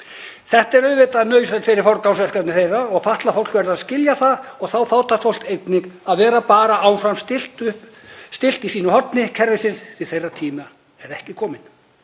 Þetta er auðvitað nauðsynlegt fyrir forgangsverkefni þeirra og fatlað fólk verður að skilja það og fátækt fólk einnig, að vera bara áfram stillt í sínu horni kerfisins því að þeirra tími er ekki kominn.